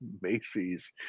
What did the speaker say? Macy's